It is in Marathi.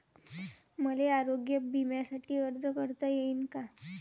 मले आरोग्य बिम्यासाठी अर्ज करता येईन का?